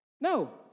No